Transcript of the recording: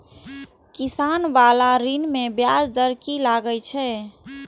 किसान बाला ऋण में ब्याज दर कि लागै छै?